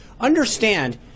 understand